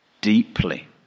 deeply